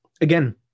again